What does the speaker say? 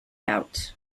out